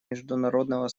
международного